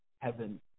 heaven